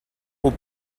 aux